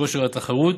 כושר התחרות